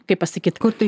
kaip pasakyt kur tu